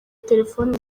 telefoni